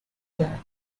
that